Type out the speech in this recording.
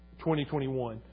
2021